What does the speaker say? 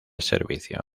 servicio